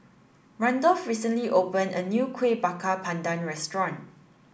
Randolf recently open a new Kuih Bakar Pandan restaurant